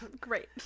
Great